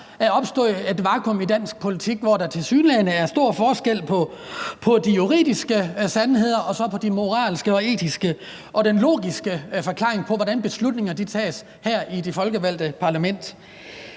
er opstået et vakuum i dansk politik, hvor der tilsyneladende er stor forskel på de juridiske sandheder og så på de moralske og etiske og også den logiske forklaring på, hvordan beslutninger tages her i det folkevalgte parlament.